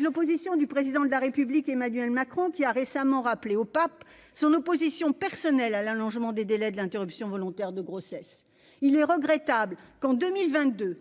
l'opposition du Président de la République Emmanuel Macron, qui a récemment rappelé au Pape son opposition personnelle à l'allongement des délais d'interruption volontaire de grossesse. Il est regrettable qu'en 2022,